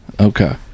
Okay